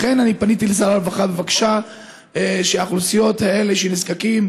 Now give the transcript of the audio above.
לכן פניתי לשר הרווחה בבקשה שהאוכלוסיות האלה של הנזקקים,